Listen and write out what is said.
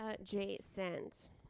adjacent